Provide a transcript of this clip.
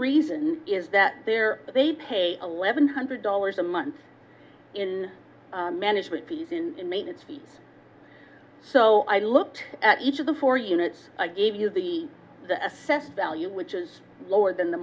reason is that there they pay eleven hundred dollars a month in management fees in maintenance fees so i looked at each of the four units i gave you the assessed value which is lower than the